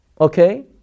okay